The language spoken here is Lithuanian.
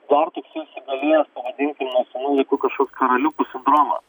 dar toksai įsigalėjęs pavadinkim nuo senų laikų kažkoks karaliukų sindromas